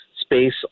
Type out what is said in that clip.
space